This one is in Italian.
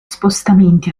spostamenti